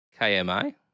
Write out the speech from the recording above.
KMA